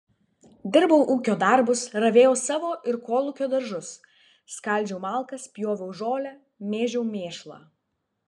dirbau ūkio darbus ravėjau savo ir kolūkio daržus skaldžiau malkas pjoviau žolę mėžiau mėšlą